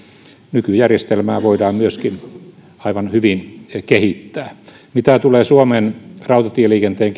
nykyjärjestelmää voidaan aivan hyvin myöskin kehittää mitä tulee suomen rautatieliikenteen